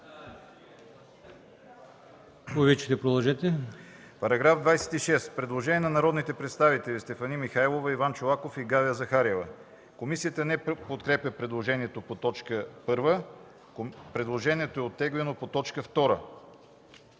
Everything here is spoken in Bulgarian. МОНОВ: Предложение на народните представители Стефани Михайлова, Иван Чолаков и Галя Захариева. Комисията не подкрепя предложението по т. 1. Предложението е оттеглено по т. 2.